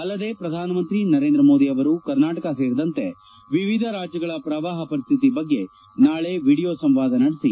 ಅಲ್ಲದೆ ಪ್ರಧಾನ ಮಂತ್ರಿ ನರೇಂದ್ರ ಮೋದಿ ಕರ್ನಾಟಕ ಸೇರಿದಂತೆ ವಿವಿಧ ರಾಜ್ಯಗಳ ಪ್ರವಾಹ ಪರಿಸ್ಥಿತಿ ಬಗ್ಗೆ ನಾಳಿ ವಿಡಿಯೋ ಸಂವಾದ ನಡೆಸಿ